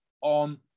on